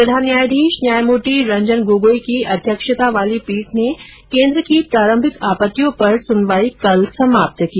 प्रधान न्यायाधीश न्यायमूर्ति रंजन गोगोई की अध्यक्षता वाली पीठ ने कोन्द्र की प्रारंभिक आपत्तियों पर सुनवाई कल समाप्त की